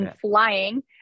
flying